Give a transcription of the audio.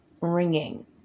ringing